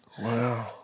Wow